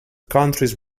countries